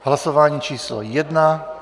Hlasování číslo 1.